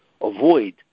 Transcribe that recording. avoid